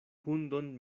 hundon